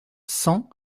cent